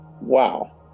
Wow